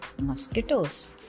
mosquitoes